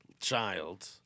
child